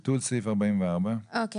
אוקיי.